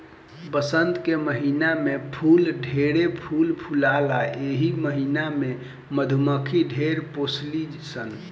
वसंत के महिना में फूल ढेरे फूल फुलाला एही महिना में मधुमक्खी ढेर पोसली सन